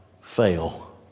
fail